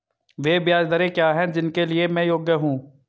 वे ब्याज दरें क्या हैं जिनके लिए मैं योग्य हूँ?